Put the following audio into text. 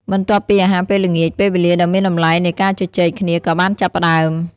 បន្ទាប់ពីអាហារពេលល្ងាច ពេលវេលាដ៏មានតម្លៃនៃការជជែកគ្នាក៏បានចាប់ផ្តើម។